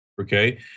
okay